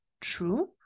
true